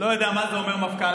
לא יודע מה זה אומר "מפכ"ל-על",